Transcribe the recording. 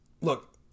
look